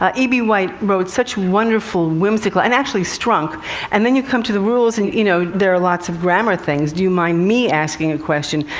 e b. white wrote such wonderful, whimsical and actually, strunk and then you come to the rules and, you know, there are lots of grammar things. do you mind me asking a question?